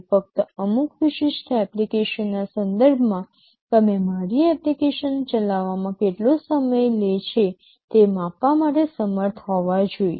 ફક્ત અમુક વિશિષ્ટ એપ્લિકેશનના સંદર્ભમાં તમે મારી એપ્લિકેશન ચલાવવામાં કેટલો સમય લે છે તે માપવા માટે સમર્થ હોવા જોઈએ